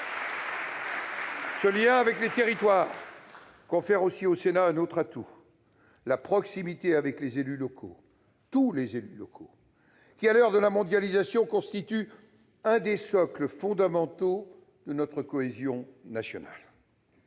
Ce lien avec les territoires confère aussi au Sénat un autre atout : la proximité avec les élus locaux, tous les élus locaux, qui, à l'heure de la mondialisation, constituent l'un des socles fondamentaux de la cohésion nationale.